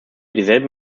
dieselbe